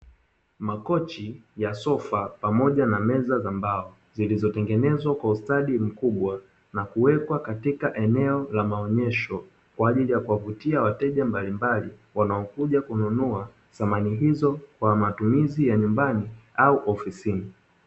Makochi ya sofa pamoja na meza za mbao, zilizotengenezwa kwa ustadi mkubwa na kuwekwa katika eneo la maonyesho, kwa ajili ya kuwavutia wateja mbalimbali wanaokuja kununua samani hizo kwa matumizi ya nyumbani au ofisini.